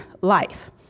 life